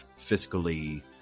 fiscally